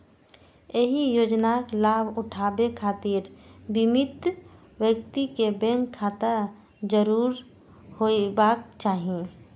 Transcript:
एहि योजनाक लाभ उठाबै खातिर बीमित व्यक्ति कें बैंक खाता जरूर होयबाक चाही